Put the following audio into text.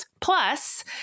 Plus